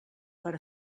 per